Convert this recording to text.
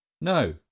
No